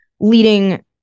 leading